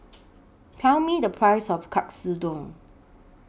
Tell Me The Price of Katsudon